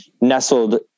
nestled